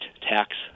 tax